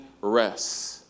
rest